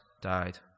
died